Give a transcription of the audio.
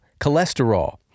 cholesterol